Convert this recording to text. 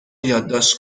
یادداشت